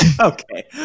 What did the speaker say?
okay